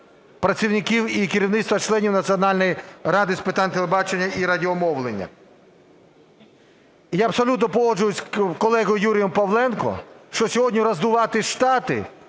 працівників і керівництва членів Національної ради з питань телебачення і радіомовлення. Я абсолютно погоджуюсь з колегою Юрієм Павленком, що сьогодні роздувати штати